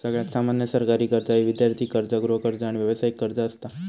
सगळ्यात सामान्य सरकारी कर्जा ही विद्यार्थी कर्ज, गृहकर्ज, आणि व्यावसायिक कर्ज असता